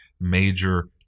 major